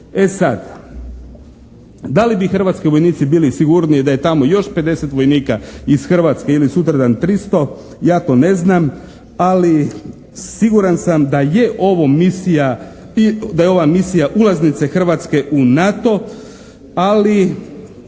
E sad, da li bi hrvatski vojnici bili sigurniji da je tamo još 50 vojnika iz Hrvatske ili sutradan 300, ja to ne znam, ali siguran sam da je ovo misija, da je misija ulaznica Hrvatske u NATO, ali